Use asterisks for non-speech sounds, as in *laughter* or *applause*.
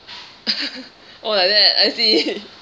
*laughs* oh like that I see